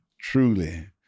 Truly